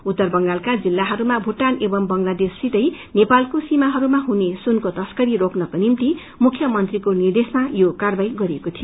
उत्तर बंगालको जिल्लाहरूमा भूटान एवं बंगलादेशसित नेपालको सीमाहरूमा हुने सुनको तश्करी रोक्नको निम्ति मुख्य मंत्रीको निर्देशमा यो कार्यवाही गरिएको थियो